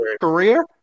career